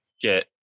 get